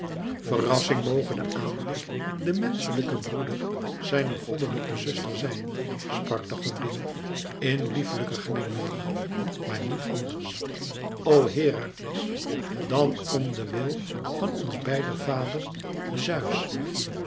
verrassing moge de aanblik den menschlijken broeder zijner goddelijke zuster zijn sprak de godin in lieflijken glimlach maar niet anders o herakles dan om den wil van ons beider vader zeus